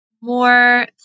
more